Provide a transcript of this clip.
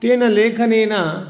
तेन लेखनेन